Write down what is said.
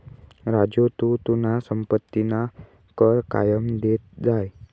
राजू तू तुना संपत्तीना कर कायम देत जाय